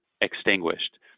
extinguished